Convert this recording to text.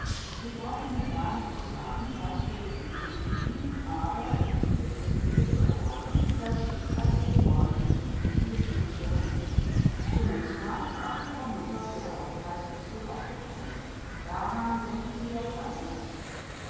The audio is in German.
sie brauchen mir gar nicht zu sagen was für gefühle sie bewegen aber ich bitte sie mir zu erlauben daß ich als ihr freund zu diesen gefühlen stellung nehme zunächst mal ob ihrer mutter der aufenthaltswechsel auch bekommen wird daran denken sie ja wohl an erster stelle